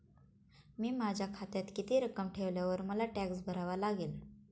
मी माझ्या खात्यात किती रक्कम ठेवल्यावर मला टॅक्स भरावा लागेल?